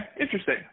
interesting